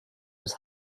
was